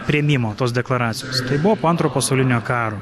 priėmimo tos deklaracijos tai buvo po antro pasaulinio karo